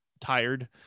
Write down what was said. tired